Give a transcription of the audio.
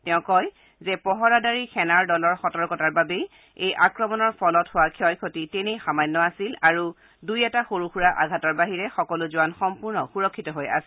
তেওঁ কয় যে পহৰাদাৰী সেনাৰ দলৰ সতৰ্কতাৰ বাবে এই আক্ৰমণৰ ফলত হোৱা ক্ষয় ক্ষতি তেনেই সামান্য আছিল আৰু দূই এটা সৰু সূৰা আঘাতৰ বাহিৰে সকলো জোৱান সম্পূৰ্ণ সূৰক্ষিত হৈ আছে